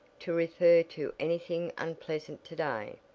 to refer to anything unpleasant today,